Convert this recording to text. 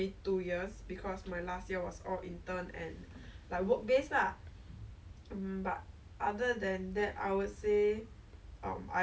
I'm glad like I don't longer have to like live in this kind of like system where you are treated that okay you were a kid you got all these like rules you have to follow but then